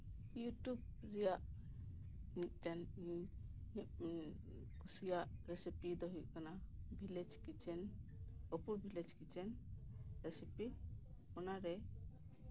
YouTube ᱨᱮᱭᱟᱜ ᱢᱤᱫᱴᱮᱱ ᱠᱩᱥᱤᱭᱟᱜ ᱨᱮᱥᱤᱯᱤ ᱫᱚ ᱦᱩᱭᱩᱜ ᱠᱟᱱᱟ ᱵᱷᱤᱞᱮᱡᱽ ᱠᱤᱪᱮᱱ ᱚᱯᱩ ᱵᱷᱤᱞᱮᱡᱽ ᱠᱤᱪᱮᱱ ᱨᱮᱥᱤᱯᱤ ᱚᱱᱟᱨᱮ